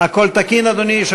הכול תקין, אדוני?